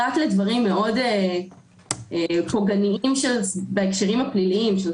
אלא רק לדברים מאוד פוגעניים בהקשרים הפליליים.